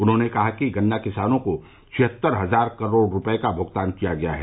उन्होंने कहा कि गन्ना किसानों को छिहत्तर हजार करोड़ रूपये का भुगतान किया गया है